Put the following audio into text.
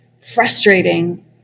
frustrating